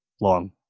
long